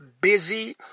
busy